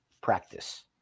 practice